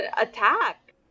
attack